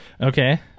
Okay